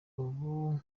ubu